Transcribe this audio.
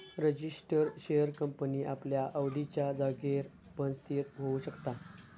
register share company आपल्या आवडिच्या जागेर पण स्थिर होऊ शकता